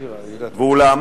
ואולם,